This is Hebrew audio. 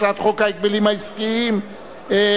הצעת חוק ההגבלים העסקיים (תיקון מס' 12),